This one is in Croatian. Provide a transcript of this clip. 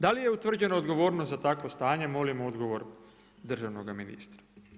Da li je utvrđena odgovornost za takvo stanje, molim odgovor državnog ministra.